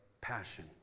passion